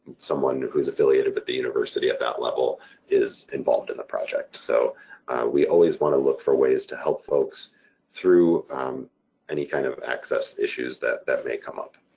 someone who who is affiliated with the university at that level is involved in the project. so we always want to look for ways to help folks through any kind of access issues that that may come up.